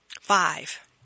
Five